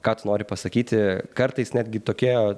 ką tu nori pasakyti kartais netgi tokie